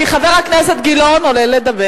כי עכשיו חבר הכנסת גילאון עומד לדבר.